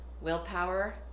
Willpower